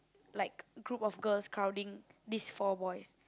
like group of girls crowding these four boys